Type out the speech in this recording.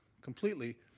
completely